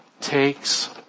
takes